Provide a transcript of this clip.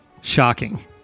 Shocking